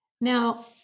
Now